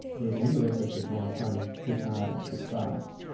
there's a new emphasis on saying push hard and push fast.